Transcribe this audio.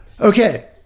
Okay